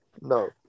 No